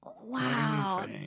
Wow